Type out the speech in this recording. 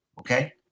Okay